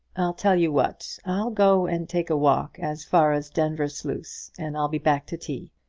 i'll tell you what i'll go and take a walk as far as denvir sluice and i'll be back to tea.